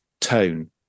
tone